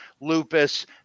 lupus